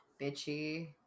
bitchy